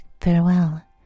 farewell